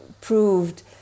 proved